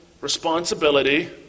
responsibility